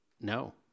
No